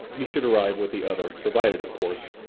you should arrive with the other, provided, of course,